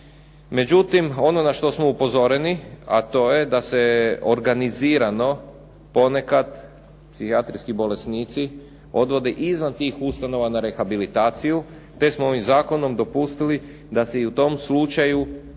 međutim ono na što smo upozoreni, a to je da se organizirano ponekad psihijatrijski bolesnici odvode izvan tih ustanova na rehabilitaciju, te smo ovim zakonom dopustili da se i u tom slučaju osigura